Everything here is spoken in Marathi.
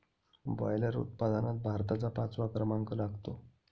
बॉयलर उत्पादनात भारताचा पाचवा क्रमांक लागतो